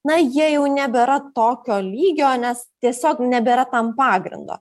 na jie jau nebėra tokio lygio nes tiesiog nebėra tam pagrindo